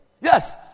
Yes